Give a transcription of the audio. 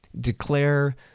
Declare